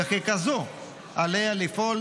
וככזאת עליה לפעול